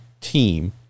team